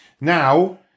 Now